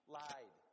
lied